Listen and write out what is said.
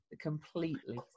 completely